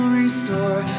restore